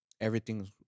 everything's